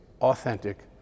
authentic